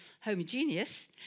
homogeneous